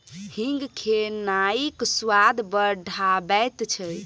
हींग खेनाइक स्वाद बढ़ाबैत छै